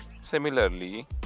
Similarly